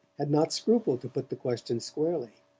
had not scrupled to put the question squarely.